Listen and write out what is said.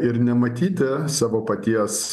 ir nematyti savo paties